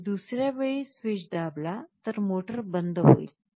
मी दुसर्या वेळी स्विच दाबाला तर मोटर बंद होईल